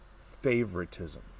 favoritism